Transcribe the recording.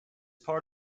part